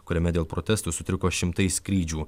kuriame dėl protestų sutriko šimtai skrydžių